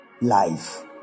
life